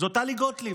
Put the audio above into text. זאת טלי גוטליב,